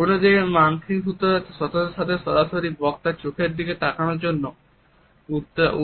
অন্যদিকে মার্কিন যুক্তরাষ্ট্রে শ্রোতাদের সরাসরি বক্তার চোখের দিকে তাকানোর জন্য